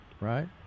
right